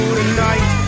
tonight